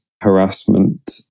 harassment